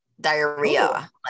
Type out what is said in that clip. diarrhea